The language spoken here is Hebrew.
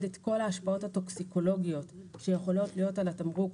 את כל ההשפעות הטוקסיקולוגיות שיכולות על התמרוק